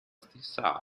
stessa